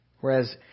Whereas